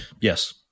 Yes